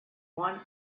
one